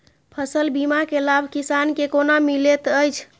फसल बीमा के लाभ किसान के कोना मिलेत अछि?